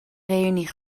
reünie